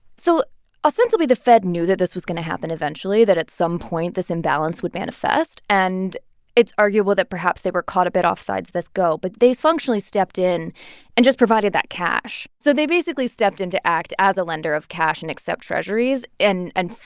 so ostensibly, the fed knew that this was going to happen eventually that at some point, this imbalance would manifest. and it's arguable that perhaps they were caught a bit off-side this go, but they functionally stepped in and just provided that cash. so they basically stepped in to act as a lender of cash and accept treasuries and,